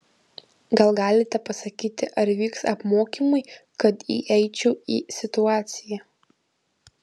gal galite pasakyti ar vyks apmokymai kad įeičiau į situaciją